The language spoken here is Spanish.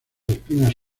espinas